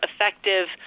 effective